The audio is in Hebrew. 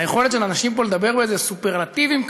היכולת של אנשים לדבר באיזה סופרלטיבים כאלה,